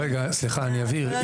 אני אבהיר,